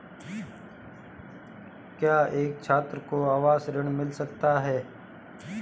क्या एक छात्र को आवास ऋण मिल सकता है?